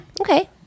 okay